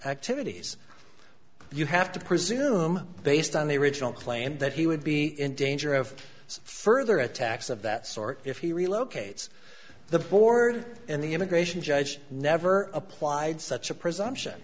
activities you have to presume based on the original claim that he would be in danger of further attacks of that sort if he relocates the border and the immigration judge never applied such a presumption